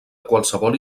qualsevol